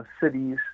cities